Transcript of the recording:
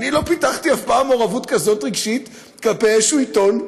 אני לא פיתחתי אף פעם מעורבות רגשית כזאת כלפי איזשהו עיתון,